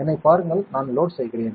என்னைப் பாருங்கள் நான் லோட் செய்கிறேன்